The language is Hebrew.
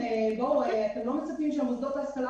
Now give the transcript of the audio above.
אנחנו מתבססים על מה שהלשכה